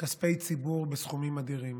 כספי ציבור בסכומים אדירים,